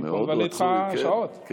אני מדבר איתך שעות.